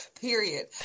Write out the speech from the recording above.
Period